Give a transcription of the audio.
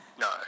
No